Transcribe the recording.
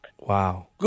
Wow